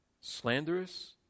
Slanderous